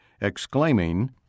exclaiming